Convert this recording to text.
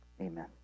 amen